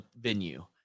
venue